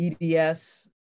EDS